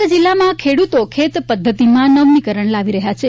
ડાંગ જિલ્લામાં ખેડૂતો ખેત પદ્ધતિમાં નવીનીકરણ લાવી રહ્યા છે